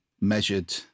measured